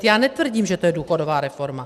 Já netvrdím, že to je důchodová reforma.